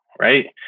Right